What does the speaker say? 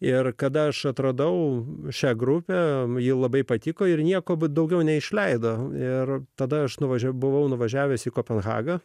ir kada aš atradau šią grupę ji labai patiko ir nieko daugiau neišleido ir tada aš nuvažiavau buvau nuvažiavęs į kopenhagą